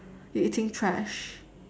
you eating trash